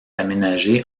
aménagée